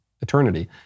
eternity